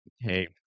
hey